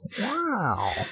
wow